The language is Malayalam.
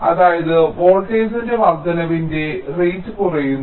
അതായത് വോൾട്ടേജിന്റെ വർദ്ധനവിന്റെ റേറ്റ് കുറയുന്നു